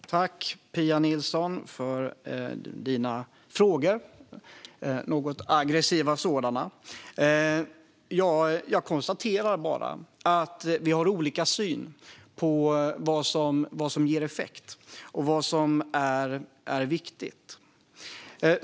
Fru talman! Tack, Pia Nilsson, för dina något aggressiva frågor! Jag kan bara konstatera att vi har olika syn på vad som ger effekt och vad som är viktigt.